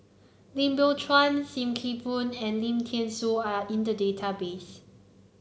Lim Biow Chuan Sim Kee Boon and Lim Thean Soo are in the database